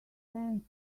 sense